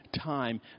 time